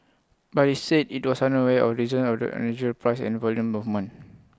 but IT said IT was unaware of reasons of the unusual price and volume movement